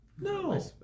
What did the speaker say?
No